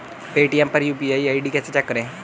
Paytm पर UPI ID कैसे check करें?